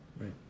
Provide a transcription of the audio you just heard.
right